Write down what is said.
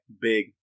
Big